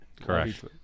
Correct